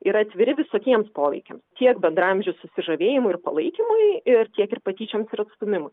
yra atviri visokiems poveikiams tiek bendraamžių susižavėjimui ir palaikymui ir tiek ir patyčioms ir atstūmimui